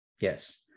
yes